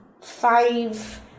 five